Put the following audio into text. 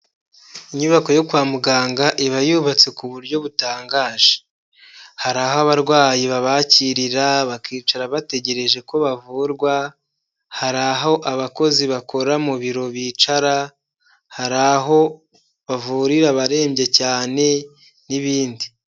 Inyubako yo kwa muganga iba yubatse ku buryo butangaje, hari aho abarwayi babakirira bakicara bategereje ko bavurwa, hari aho abakozi bakora mu biro bicara hari aho bavurira abarembye cyane n'ibindi.